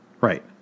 Right